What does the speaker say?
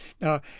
Now